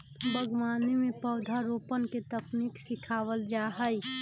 बागवानी में पौधरोपण के तकनीक सिखावल जा हई